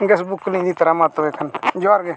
ᱠᱚᱞᱤᱧ ᱤᱫᱤ ᱛᱚᱨᱟᱣᱟᱢᱟ ᱛᱚᱵᱮ ᱠᱷᱟᱱ ᱡᱚᱦᱟᱨᱜᱮ